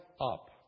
up